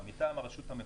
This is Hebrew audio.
מטעם הרשות המקומית,